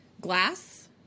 glass